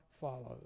follows